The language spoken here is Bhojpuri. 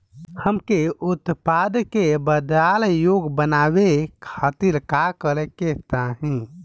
हमके उत्पाद के बाजार योग्य बनावे खातिर का करे के चाहीं?